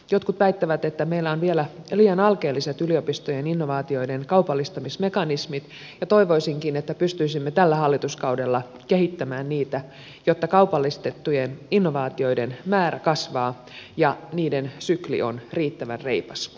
jotkut väittävät että meillä on vielä liian alkeelliset yliopistojen innovaatioiden kaupallistamismekanismit ja toivoisinkin että pystyisimme tällä hallituskaudella kehittämään niitä jotta kaupallistettujen innovaatioiden määrä kasvaa ja niiden sykli on riittävän reipas